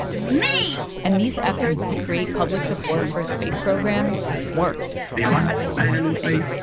me and these efforts to create public support for a space program worked deluxe man in space,